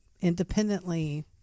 independently